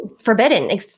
Forbidden